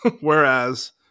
whereas